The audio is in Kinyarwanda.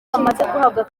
cy’inzara